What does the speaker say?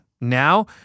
Now